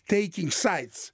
taking sides